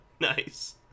Nice